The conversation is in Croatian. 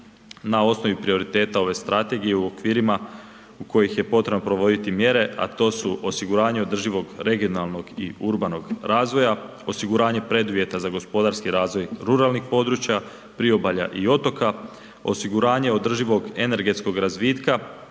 na osnovi prioriteta ove Strategije u okvirima u kojih je potrebno provoditi mjere, a to su osiguranje održivog regionalnog i urbanog razvoja, osiguranje preduvjeta za gospodarski razvoj ruralnih područja, priobalja i otoka, osiguranje održivog energetskog razvitka,